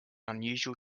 unusual